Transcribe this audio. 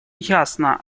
ясно